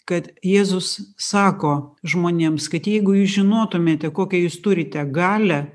kad jėzus sako žmonėms kad jeigu jūs žinotumėte kokią jūs turite galią